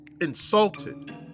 insulted